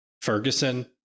Ferguson